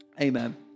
amen